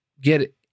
get